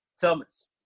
Thomas